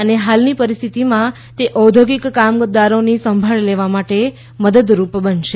અને હાલની પરિસ્થિતિમાં તે ઔદ્યોગિક કામદારોની સભાળ લેવા મદદરૂપ બનશે